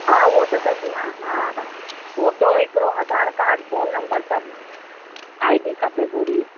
हा उहो त सॼी मां हा हा फोटो हिकिड़ो आधार कार्ड फोन नम्बर सभु आईडी खपे पूरी